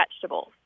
vegetables